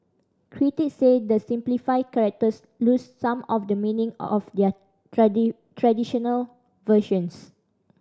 critic say the simplified characters lose some of the meaning of the traditional versions